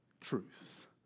truth